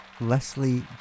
Leslie